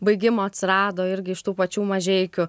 baigimo atsirado irgi iš tų pačių mažeikių